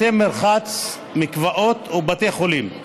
בתי מרחץ, מקוואות ובתי חולים.